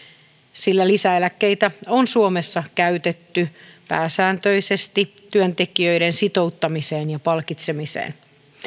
sillä lisäeläkkeitä on suomessa käytetty pääsääntöisesti työntekijöiden sitouttamiseen ja palkitsemiseen